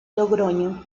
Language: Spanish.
logroño